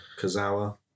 Kazawa